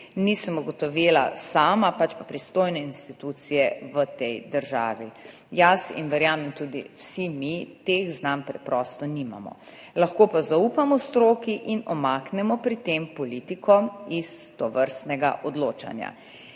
nisem ugotovila sama, pač pa pristojne institucije v tej državi. Jaz in, verjamem, tudi vsi mi teh znanj preprosto nimamo, lahko pa zaupamo stroki in pri tem umaknemo politiko iz tovrstnega odločanja.